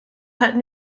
halten